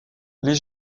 les